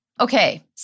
Okay